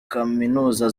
kaminuza